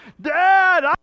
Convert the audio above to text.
Dad